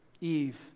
Eve